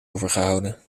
overgehouden